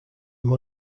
him